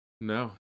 No